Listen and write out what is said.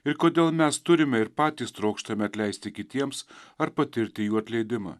ir kodėl mes turime ir patys trokštame atleisti kitiems ar patirti jų atleidimą